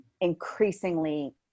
increasingly